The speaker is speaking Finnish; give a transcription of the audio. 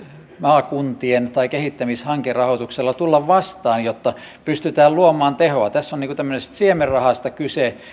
maakuntien rahoituksen tai kehittämishankerahoituksen tulla vastaan jotta pystytään luomaan tehoa tässä on tämmöisestä siemenrahasta kyse